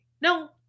No